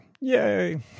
yay